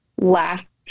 last